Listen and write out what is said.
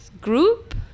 group